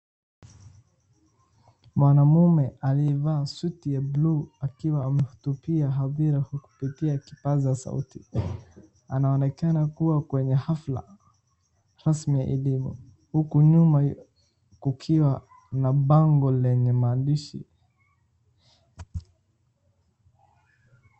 Mwanamume aliyevaa suti ya blue akiwa anahutubia hadhira kupitia kipaza sauti. Anaonekana kuwa kwenye hafla rasmi ya elimu huku nyuma kukiwa na bango lenye maandishi.